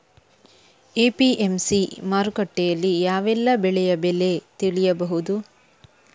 APMC ಮಾರುಕಟ್ಟೆಯಲ್ಲಿ ಯಾವೆಲ್ಲಾ ಬೆಳೆಯ ಬೆಲೆ ತಿಳಿಬಹುದು?